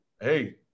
Hey